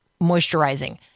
moisturizing